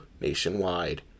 nationwide